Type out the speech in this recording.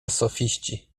sofiści